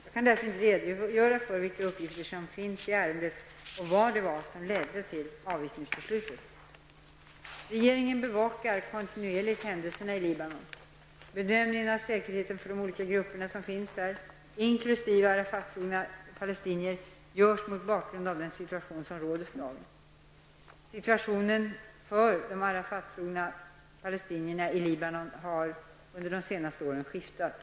Jag kan därför inte redogöra för vilka uppgifter som fanns i ärendet och som ledde till avvisningsbeslutet. Regeringen bevakar kontinuerligt händelserna i Libanon. Bedömningen av säkerheten för de olika grupperna som finns där, inkl. Arafattrogna palestinier, görs mot bakgrund av den situation som råder för dagen. Situationen för Arafattrogna palestinier i Libanon har under de senaste åren skiftat.